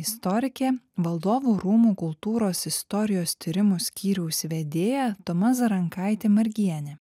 istorikė valdovų rūmų kultūros istorijos tyrimų skyriaus vedėja toma zarankaitė margienė